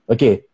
Okay